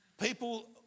people